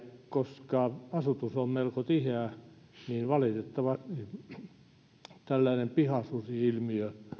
koska asutus on melko tiheää tällainen valitettava pihasusi ilmiö